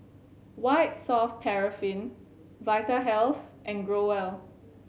White Soft Paraffin Vitahealth and Growell